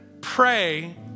pray